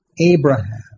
Abraham